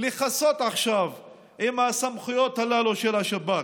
לכסות עכשיו עם הסמכויות הללו של השב"כ: